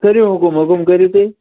کٔرِو حُکُم حُکُم کٔرِو تُہۍ